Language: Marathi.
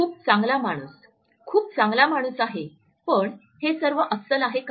खूप चांगला माणूस खूप चांगला माणूस आहे पण हे सर्व अस्सल आहे का